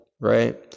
right